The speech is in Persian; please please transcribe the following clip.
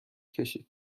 کشید